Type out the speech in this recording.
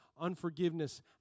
unforgiveness